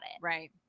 Right